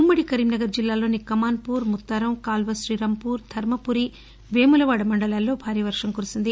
ఉమ్మడి కరీంనగర్ జిల్లాలోని కమాన్పూర్ ముత్తారం కాల్వ శ్రీరాంపూర్ ధర్మపురి వేములవాడ మండలాల్లో భారీ వర్షం కురిసింది